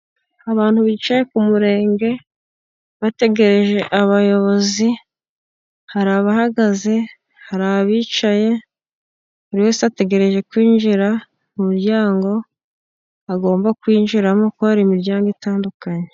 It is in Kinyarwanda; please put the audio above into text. Abantu bicaye ku murenge. bategereje abayobozi. hari abahagaze hari abicaye buri wese ategereje kwinjira mu muryango agomba kwinjiramo koko hari imiryango itandukanye.